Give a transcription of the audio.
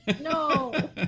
No